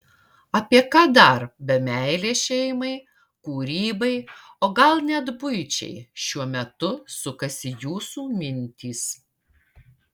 apie ką dar be meilės šeimai kūrybai o gal net buičiai šiuo metu sukasi jūsų mintys